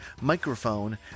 microphone